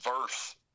verse